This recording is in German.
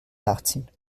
nachziehen